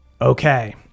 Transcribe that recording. Okay